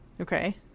okay